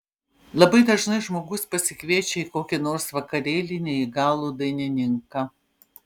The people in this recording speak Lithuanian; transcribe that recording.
labai dažnai žmogus pasikviečia į kokį nors vakarėlį neįgalų dainininką